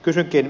kysynkin